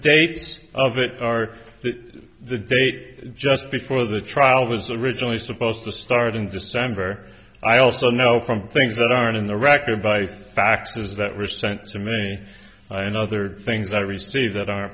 date of it are the date just before the trial was originally supposed to start in december i also know from things that are in the record by factors that were sent to me and other things i receive that are